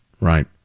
Right